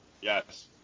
Yes